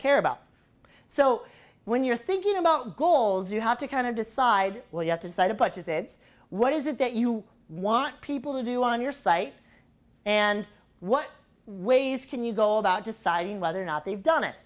care about so when you're thinking about goals you have to kind of decide well you have to decide a budget is what is it that you want people to do on your site and what ways can you go about deciding whether or not they've done it